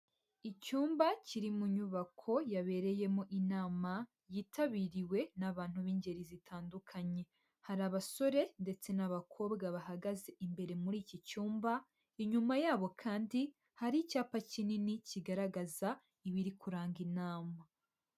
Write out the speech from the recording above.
Icyumba kiri mu nyubako yabereyemo inama yitabiriwe n'abantu b'ingeri zitandukanye. Hari abasore ndetse n'abakobwa bahagaze imbere muri iki cyumba, inyuma yabo kandi hari icyapa kinini kigaragaza ibiri kuranga inama.